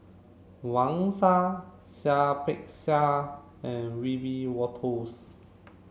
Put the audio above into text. Wang Sha Seah Peck Seah and Wiebe Wolters